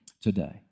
today